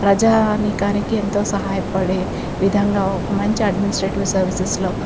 ప్రజానీకానికి ఎంతో సహాయపడే విధంగా ఒక మంచి అడ్మినిస్ట్రేటివ్ సర్వీసెస్లో